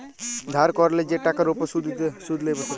ধার ক্যরলে যে টাকার উপর শুধ লেই বসরে